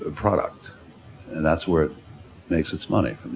ah product and that's where it makes its money,